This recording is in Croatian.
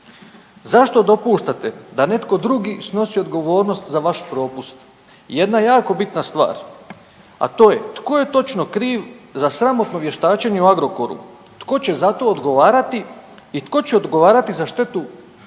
Zašto dopuštate da netko drugi snosi odgovornost za vaš propust? I jedna jako bitna stvar, a to je tko je točno kriv za sramotno vještačenje u Agrokoru, tko će za to odgovarati i tko će odgovarati za štetu koja